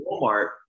Walmart